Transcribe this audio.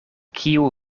kiu